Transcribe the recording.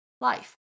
life